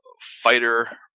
fighter